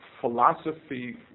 philosophy